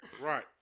Right